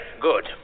Good